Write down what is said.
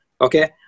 Okay